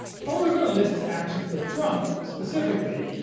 posner lists actions that trump, specifically,